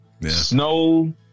Snow